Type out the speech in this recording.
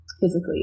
physically